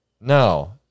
no